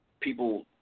people